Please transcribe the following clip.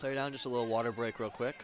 play down just a little water break real quick